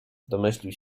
domyślił